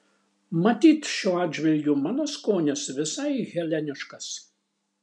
matyt šiuo atžvilgiu mano skonis visai heleniškas